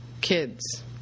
kids